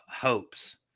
hopes